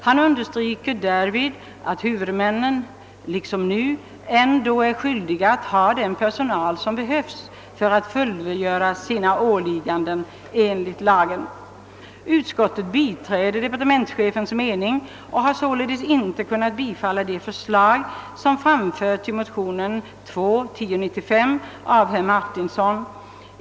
Han understryker i stället att huvudmännen liksom nu ändå är skyldiga att ha den personal som behövs för att fullgöra sina åligganden enligt lagen. Utskottet har biträtt departementschefens uppfattning och har därför inte kunnat tillstyrka det förslag som framförts i motion II: 1095 av herr Martinsson.